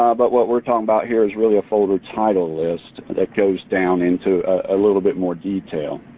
but what we're talking about here is really a folder-title list that goes down into a little bit more detail.